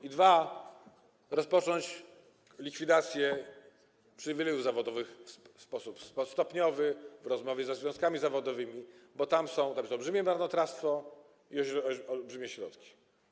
I dwa, trzeba rozpocząć likwidację przywilejów zawodowych w sposób stopniowy, po rozmowie ze związkami zawodowymi, bo tam jest olbrzymie marnotrawstwo i są olbrzymie środki.